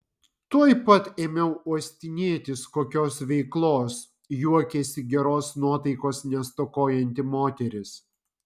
tuoj pat ėmiau uostinėtis kokios veiklos juokėsi geros nuotaikos nestokojanti moteris